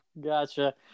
Gotcha